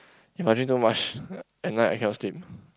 if I drink too much at night I cannot sleep